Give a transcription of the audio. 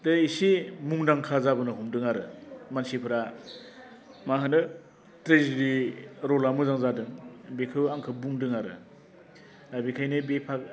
दा एसे मुंदांखा जाबोनो हमदों आरो मानसिफोरा मा होनो ट्रेजिडि रलआ मोजां जादों बेखो आंखो बुंदों आरो दा बेखायनो बे